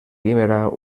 guimerà